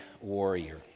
warrior